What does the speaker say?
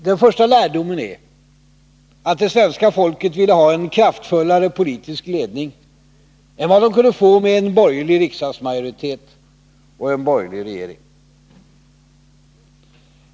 Den första lärdomen är att människorna ville ha en kraftfullare politisk ledning än vad de kunde få med en borgerlig riksdagsmajoritet och en borgerlig regering.